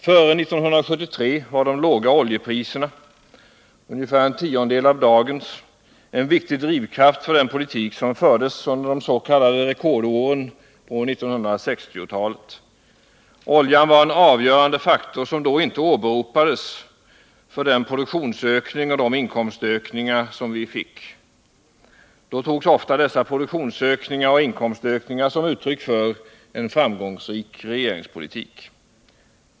Före 1973 var de låga oljepriserna — ungefär en tiondel av dagens — en viktig drivkraft för den politik som fördes under de s.k. rekordåren på 1960-talet. Oljan var en avgörande faktor, som då inte åberopades, för den produktionsökning och de inkomstökningar som vi fick. Då togs ofta dessa produktionsökningar och inkomstökningar som uttryck för en framgångsrik regeringspolitik.